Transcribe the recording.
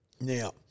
Now